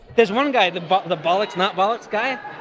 there's one guy, the but the bollocks not bollocks guy.